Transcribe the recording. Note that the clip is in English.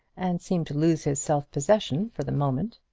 and seemed to lose his self-possession for the moment.